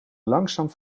langzaam